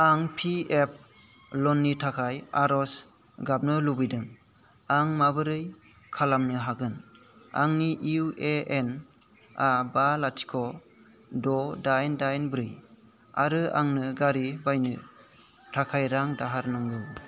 आं P F लननि थाखाय आर'ज गाबनो लुबैदों आं माबोरै खालामनो हागोन आंनि इउ ए एन आ बा लाथिख' द' दाइन दाइन ब्रै आरो आंनो गारि बायनो थाखाय रां दाहार नांगौ